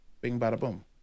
bing-bada-boom